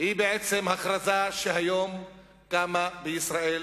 היא בעצם הכרזה שהיום קמה בישראל